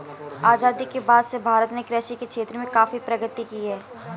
आजादी के बाद से भारत ने कृषि के क्षेत्र में काफी प्रगति की है